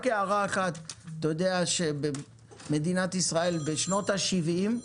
רק הערה אחת, אתה יודע שמדינת ישראל, בשנות ה-70,